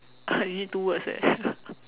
you need two words eh